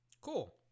Cool